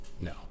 No